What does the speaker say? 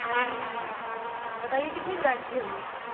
جی بتائیے کتنی برانڈ کی ہوئی